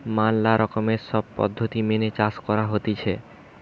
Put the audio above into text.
ম্যালা রকমের সব পদ্ধতি মেনে চাষ করা হতিছে